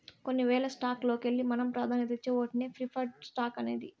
కొన్ని వేల స్టాక్స్ లోకెల్లి మనం పాదాన్యతిచ్చే ఓటినే ప్రిఫర్డ్ స్టాక్స్ అనేది